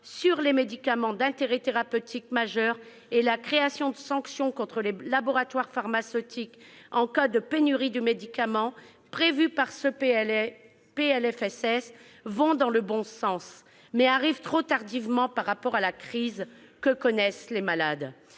sur les médicaments d'intérêt thérapeutique majeur et les sanctions contre les laboratoires pharmaceutiques en cas de pénurie du médicament, prévues par ce PLFSS, vont dans le bon sens, mais elles arrivent trop tardivement par rapport à la crise que connaissent les malades.